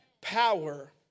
power